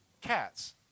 cats